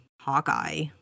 Hawkeye